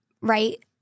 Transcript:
right